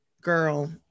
Girl